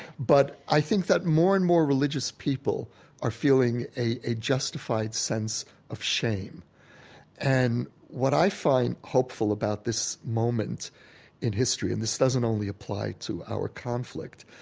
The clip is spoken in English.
but i think that more and more religious people are feeling a a justified sense of shame and what i find hopeful about this moment in history, and this doesn't only apply to our conflict,